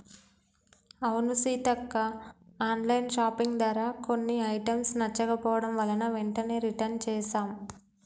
అవును Seethakka online shopping ధర కొన్ని ఐటమ్స్ నచ్చకపోవడం వలన వెంటనే రిటన్ చేసాం